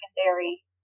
secondary